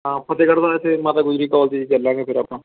ਹਾਂ ਫਤਿਹਗੜ੍ਹ ਸਾਹਿਬ 'ਚ ਮਾਤਾ ਗੁਜਰੀ ਕੋਲਜ 'ਚ ਚੱਲਾਂਗੇ ਫਿਰ ਆਪਾਂ